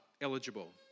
eligible